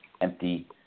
empty